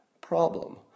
problem